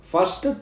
First